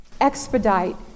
expedite